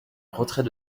retrait